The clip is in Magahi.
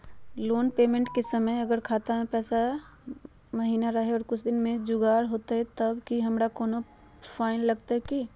लोन पेमेंट के समय अगर खाता में पैसा महिना रहै और कुछ दिन में जुगाड़ हो जयतय तब की हमारा कोनो फाइन लगतय की?